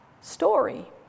story